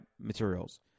materials